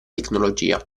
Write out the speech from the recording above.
tecnologia